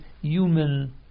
human